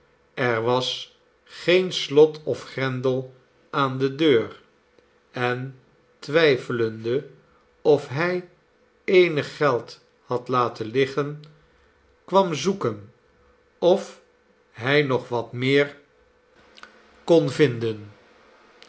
er was geen slot of grendel aan de deur en twijfelende of hij eenig geld had laten liggen kwam zoeken of hij nog wat meer nelly kon vinden